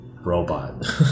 robot